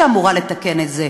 שאמורה לתקן את זה.